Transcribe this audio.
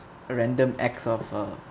a random acts of uh